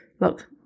look